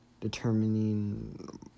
determining